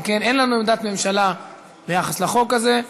אם כן, אין לנו עמדת ממשלה ביחס לחוק הזה.